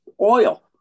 oil